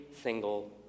single